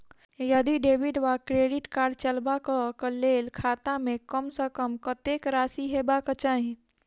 यदि डेबिट वा credit card चलबाक कऽ लेल खाता मे कम सऽ कम कत्तेक राशि हेबाक चाहि?